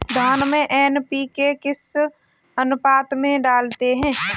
धान में एन.पी.के किस अनुपात में डालते हैं?